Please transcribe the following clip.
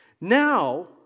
Now